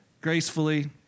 gracefully